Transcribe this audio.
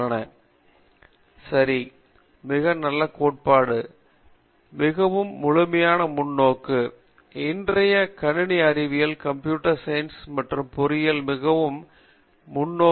பேராசிரியர் பிரதாப் ஹரிதாஸ் சரி மிக நல்ல கோட்பாடு மிகவும் முழுமையான முன்னோக்கு இன்றைய கணினி அறிவியல் கம்ப்யூட்டர் சயின்ஸ் மற்றும் பொறியியலின் மிகவும் விரிவான முன்னோக்கு